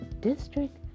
district